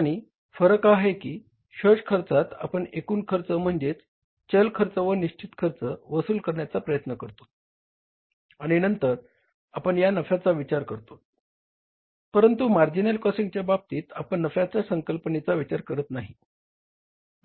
आणि फरक हा आहे की शोष खर्चात आपण एकूण खर्च म्हणजेच चल खर्च व निश्चित खर्च वसूल करण्याचा प्रयत्न करतोत आणि नंतर आपण नफ्याचा विचार करतोत परंतु मार्जिनल कॉस्टिंगच्या बाबतीत आपण नफ्याच्या संकल्पनेचा विचार करत नाही